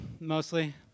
mostly